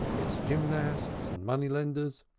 its gymnasts and money-lenders,